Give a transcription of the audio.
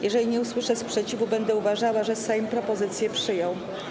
Jeżeli nie usłyszę sprzeciwu, będę uważała, że Sejm propozycję przyjął.